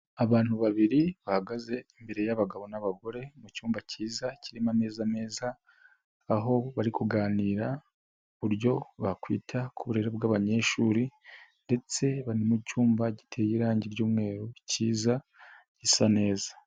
Abantu babiri bahagaze imbere y'abagabo n'abagore mu cyumba kiza kirimo ameza meza, aho bari kuganira ku buryo bakwita ku burere bw'abanyeshuri, ndetse bari mu cyumba giteye irangi ry'umweru kiza gisa neza.